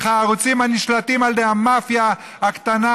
הערוצים הנשלטים על ידי המאפיה הקטנה,